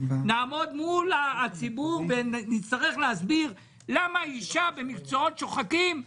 נעמוד מול הציבור ונצטרך להסביר למה אישה במקצועות שוחקים,